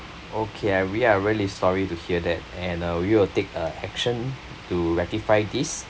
okay and we are really sorry to hear that and uh we will take uh action to rectify this